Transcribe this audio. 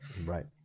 Right